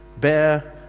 bear